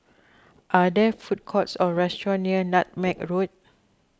are there food courts or restaurants near Nutmeg Road